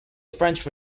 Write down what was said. french